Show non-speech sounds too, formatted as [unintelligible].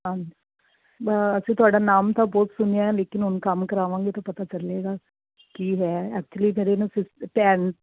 ਹਾਜੀ ਅਸੀਂ ਤੁਹਾਡਾ ਨਾਮ ਤਾਂ ਬਹੁਤ ਸੁਣਿਆ ਲੇਕਿਨ ਹੁਣ ਕੰਮ ਕਰਾਵਾਂਗੇ ਤਾਂ ਪਤਾ ਚੱਲੇਗਾ ਕੀ ਹੋਇਆ ਐਕਚੁਲੀ ਫਿਰ ਇਹਨੂੰ [unintelligible]